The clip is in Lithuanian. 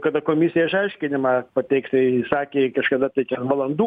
kada komisija išaiškinimą pateiks tai sakė kažkada tai ten valandų